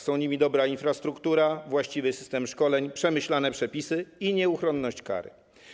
Są nimi dobra infrastruktura, właściwy system szkoleń, przemyślane przepisy i nieuchronność kary.